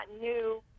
new